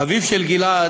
אביו של גיל-עד,